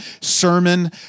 sermon